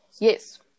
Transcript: Yes